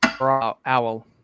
owl